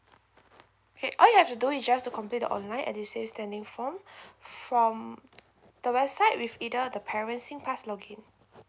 okay what you have to do is just to complete the online edusave standing form from the website with either the parents' singpass login